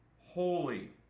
holy